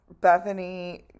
Bethany